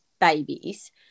babies